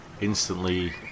instantly